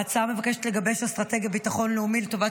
ההצעה מבקשת לגבש אסטרטגיית ביטחון לאומי לטובת